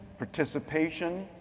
participation,